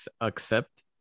accept